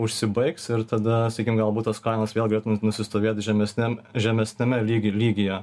užsibaigs ir tada sakykim galbūt tos kainos vėlgi nusistovėt žemesniam žemesniame lyg ir lygyje